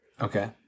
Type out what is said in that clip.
Okay